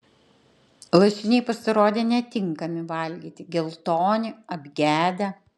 lašiniai pasirodė netinkami valgyti geltoni apgedę